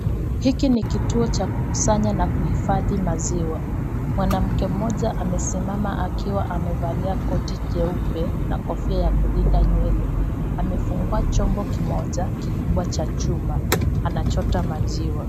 Hiki ni kituo cha kukusanya na kuhifhadi maziwa, mwanamke mmoja amesimama akiwa amevalia koti jeupe na kofia ya kulinda nywele ,amefungua chombo kimoja kikubwa cha chuma, anachota maziwa.